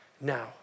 now